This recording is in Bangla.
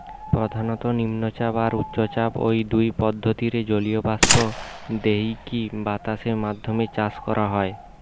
প্রধানত নিম্নচাপ আর উচ্চচাপ, ঔ দুই পদ্ধতিরে জলীয় বাষ্প দেইকি বাতাসের মাধ্যমে চাষ করা হয়